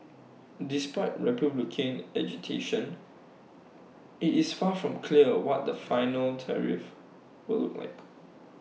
despite republican agitation IT is far from clear A what the final tariffs will look like